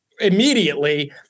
immediately